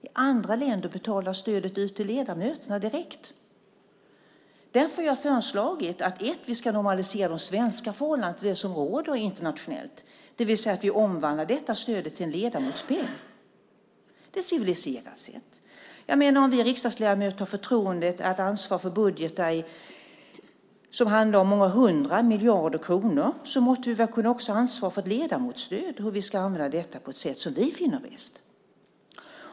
I andra länder betalas stödet ut till ledamöterna direkt. Därför har jag förslagit att vi ska normalisera de svenska förhållandena till det som råder internationellt, det vill säga att vi omvandlar detta stöd till en ledamotspeng. Det är ett civiliserat sätt. Om vi riksdagsledamöter har förtroendet att ansvara för budgetar som handlar om många hundra miljarder kronor måtte vi väl också kunna ansvara för hur vi ska använda ett ledamotsstöd på det sätt som vi finner bäst.